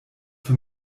für